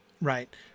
right